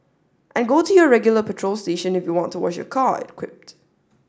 and go to your regular petrol station if you want to wash your car it quipped